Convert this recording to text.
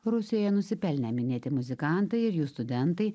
rusijoje nusipelnę minėti muzikantai ir jų studentai